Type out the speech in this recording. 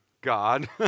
God